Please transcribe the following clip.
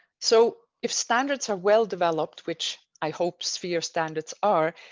so if standards are well developed, which i hope sphere standards are,